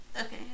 Okay